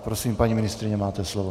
Prosím, paní ministryně, máte slovo.